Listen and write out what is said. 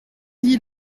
dit